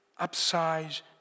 upsize